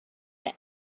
that